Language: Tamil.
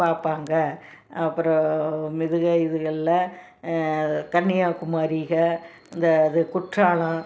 பார்ப்பாங்க அப்புறோம் மெதுக இதுகள்ல கன்னியாகுமாரிஹ இந்த இது குற்றாலம்